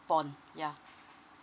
bond yeah